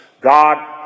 God